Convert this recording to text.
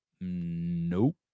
Nope